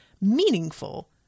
meaningful